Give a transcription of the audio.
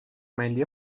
mainly